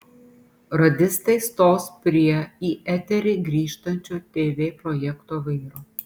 radistai stos prie į eterį grįžtančio tv projekto vairo